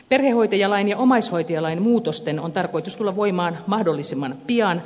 perhehoitajalain ja omaishoitajalain muutosten on tarkoitus tulla voimaan mahdollisimman pian